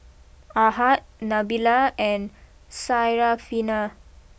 Ahad Nabila and Syarafina